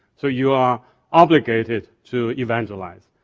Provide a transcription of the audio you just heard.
so you are obligated to evangelize.